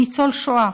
הוא ניצול שואה.